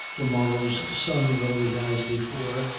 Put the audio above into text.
the morrow's sun rose as before,